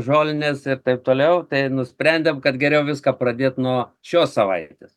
žolines ir taip toliau tai nusprendėm kad geriau viską pradėti nuo šios savaitės